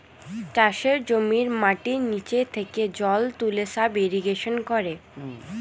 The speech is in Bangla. চাষের জমির মাটির নিচে থেকে জল তুলে সাব ইরিগেশন করে